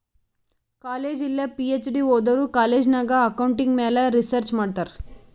college ಇಲ್ಲ PhD ಓದೋರು college ನಾಗ್ ಅಕೌಂಟಿಂಗ್ ಮ್ಯಾಲ ರಿಸರ್ಚ್ ಮಾಡ್ತಾರ್